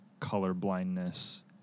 colorblindness